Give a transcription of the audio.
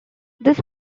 this